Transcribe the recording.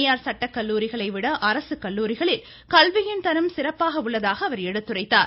தனியார் சட்ட கல்லூரிகளை விட அரசு கல்லூரிகளில் கல்வியின் தரம் சிறப்பாக உள்ளதாக எடுத்துரைத்தார்